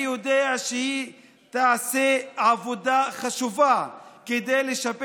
אני יודע שהיא תעשה עבודה חשובה כדי לשפר